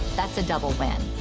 that's a double win.